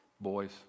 Boys